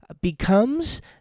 becomes